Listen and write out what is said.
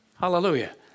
Hallelujah